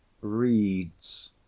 reads